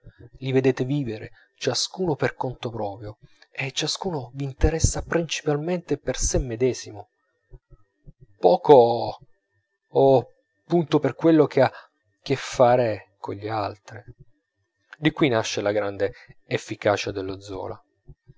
li vedete vivere ciascuno per conto proprio e ciascuno v'interessa principalmente per sè medesimo poco o punto per quello che ha che fare cogli altri di qui nasce la grande efficacia dello zola